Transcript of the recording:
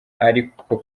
ariko